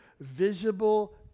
visible